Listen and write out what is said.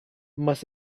must